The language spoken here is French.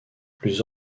plus